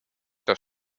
das